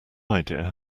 idea